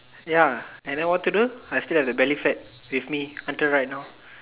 ya and then what to do I still have the Belly fat with me until right now